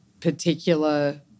particular